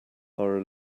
are